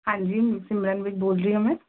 ਹਾਂਜੀ ਸਿਮਰਨਪ੍ਰੀਤ ਬੋਲ ਰਹੀ ਹਾਂ ਮੈਂ